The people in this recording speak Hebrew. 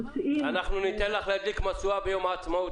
ניתן לך להדליק משואה ביום העצמאות